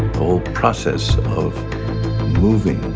whole process of moving